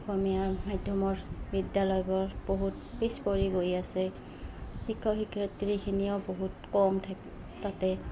অসমীয়া মাধ্যমৰ বিদ্যালয়বোৰ বহুত পিছ পৰি গৈ আছে শিক্ষক শিক্ষয়িত্ৰীখিনিও বহুত কম থ তাতে